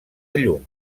llum